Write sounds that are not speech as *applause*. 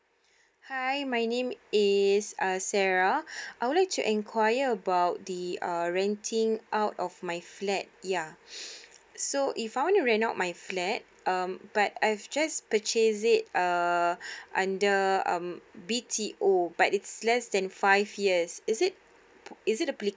*breath* hi my name is uh sarah I would like to enquire about the uh renting out of my flat ya *breath* so if I want to rent out my flat um but I've just purchased it uh *breath* under um B_T_O but it's less than five years is it